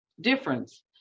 difference